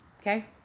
okay